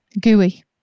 Gooey